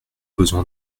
besoin